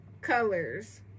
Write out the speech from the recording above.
colors